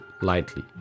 lightly